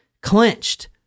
clenched